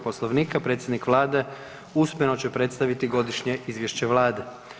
Poslovnika predsjednik Vlade usmeno će predstaviti Godišnje izvješće Vlade.